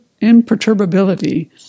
imperturbability